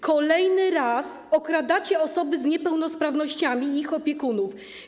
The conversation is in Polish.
Kolejny raz okradacie osoby z niepełnosprawnościami i ich opiekunów.